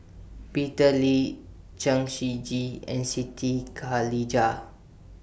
Peter Lee Chen Shiji and Siti Khalijah